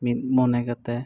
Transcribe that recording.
ᱢᱤᱫ ᱢᱚᱱᱮ ᱠᱟᱛᱮᱫ